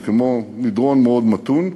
זה כמו מדרון מאוד מתון,